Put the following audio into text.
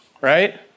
right